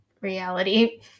reality